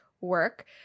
work